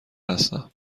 هستم